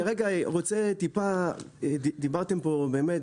אני רגע רוצה טיפה דיברתם פה באמת